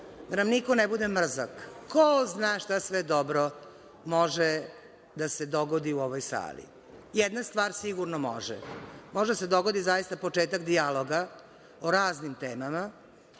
da nam niko ne bude mrzak, ko zna šta sve dobro može da se dogodi u ovoj sali. Jedna stvar sigurno može. Može da se dogodi zaista početak dijaloga o raznim temama,